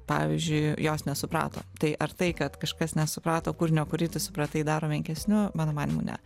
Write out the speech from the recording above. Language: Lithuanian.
pavyzdžiui jos nesuprato tai ar tai kad kažkas nesuprato kūrinio kurį tu supratai daro menkesniu mano manymu ne